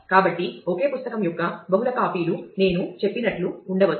కాబట్టి ఒకే పుస్తకం యొక్క బహుళ కాపీలు నేను చెప్పినట్లు ఉండవచ్చు